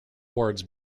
wards